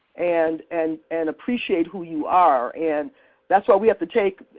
and and and appreciate who you are and that's why we have to take,